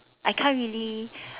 I can't really